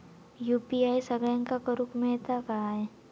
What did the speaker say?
UPI सगळ्यांना करुक मेलता काय?